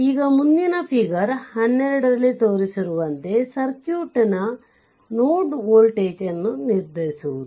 ಈಗ ಮುಂದಿನದು ಫಿಗರ್ 12 ರಲ್ಲಿ ತೋರಿಸಿರುವಂತೆ ಸರ್ಕ್ಯೂಟ್ನ ನೋಡ್ ವೋಲ್ಟೇಜ್ ಅನ್ನು ನಿರ್ಧರಿಸುವುದು